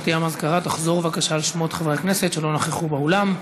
גברתי המזכירה תחזור בבקשה על שמות חברי הכנסת שלא נכחו באולם.